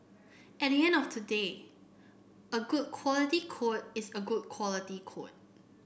at the end of the day a good quality code is a good quality code